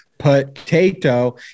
Potato